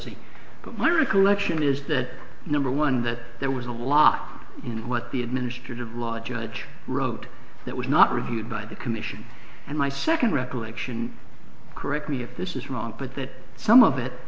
zy but my recollection is that number one that there was a lot in what the administrative law judge wrote that was not reviewed by the commission and my second recollection correct me if this is wrong but that some of it